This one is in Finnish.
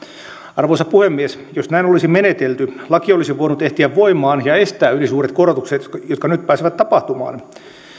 arvoisa puhemies jos näin olisi menetelty laki olisi voinut ehtiä voimaan ja estää ylisuuret korotukset jotka nyt pääsivät tapahtumaan